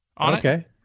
Okay